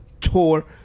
tour